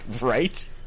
Right